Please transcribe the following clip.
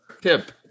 Tip